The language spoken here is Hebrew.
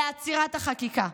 לעצירת החקיקה.